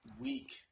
week